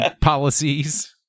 policies